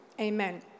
Amen